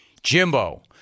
Jimbo